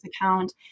account